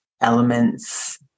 elements